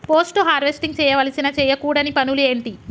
Post harvesting చేయవలసిన చేయకూడని పనులు ఏంటి?